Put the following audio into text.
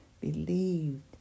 believed